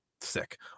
sick